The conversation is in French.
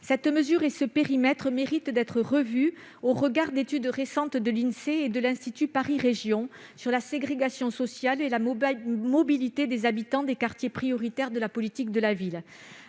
Cette mesure et ce périmètre méritent d'être revus au regard d'études récentes de l'Insee et de l'Institut Paris Région sur la ségrégation sociale et la mobilité des habitants des quartiers prioritaires de la politique de la ville.